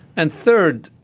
and third,